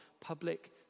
public